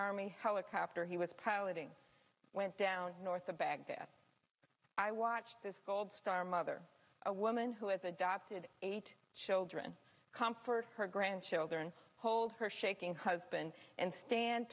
army helicopter he was prowling went down north of baghdad i watched this gold star mother a woman who has adopted eight children comfort her grandchildren hold her shaking husband and stand